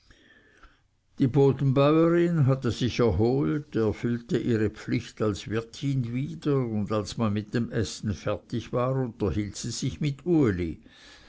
die bodenbäuerin hatte sich erholt erfüllte ihre pflicht als wirtin wieder und als man mit essen fertig war unterhielt sie sich mit uli